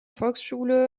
volksschule